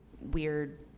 weird